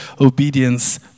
obedience